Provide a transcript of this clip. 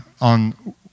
on